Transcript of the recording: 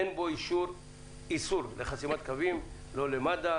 ואין בו איסור לחסימת קווים לא למד"א,